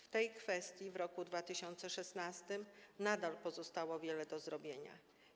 W tej kwestii w roku 2016 nadal pozostało wiele do zrobienia.